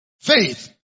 faith